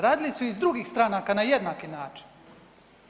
Radili su iz drugih stranaka na jednaki način.